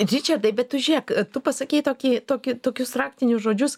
ričardai bet tu žiūrėk tu pasakei tokį tokį tokius raktinius žodžius